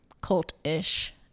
cult-ish